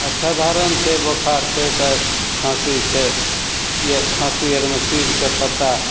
आओर साधारण छै बोखार छै सर खाँसी छै या खाँसी आओरमे सीजके पत्ता